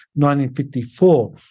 1954